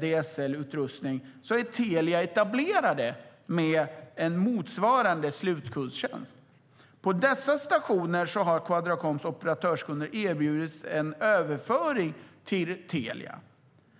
DSL-utrustning är Telia etablerat med en motsvarande slutkundstjänst. På dessa stationer har Quadracoms operatörskunder erbjudits en överföring till Telia.